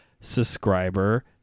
subscriber